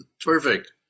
perfect